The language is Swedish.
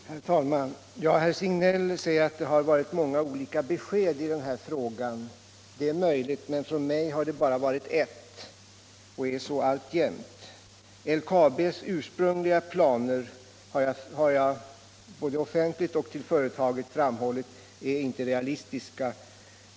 Herr talman! Herr Signell säger att det varit många olika besked i denna fråga. Det är möjligt, men från mig har det bara varit ett och är så alltjämt. LKAB:s ursprungliga planer är inte realistiska, vilket jag framhållit både offentligt och till företaget.